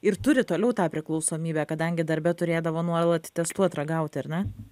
ir turi toliau tą priklausomybę kadangi darbe turėdavo nuolat testuot ragauti ar ne